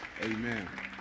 Amen